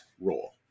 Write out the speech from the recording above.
role